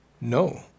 No